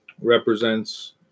represents